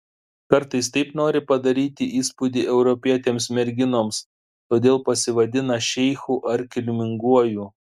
kartais taip nori padaryti įspūdį europietėms merginoms todėl pasivadina šeichu ar kilminguoju